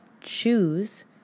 choose